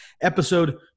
episode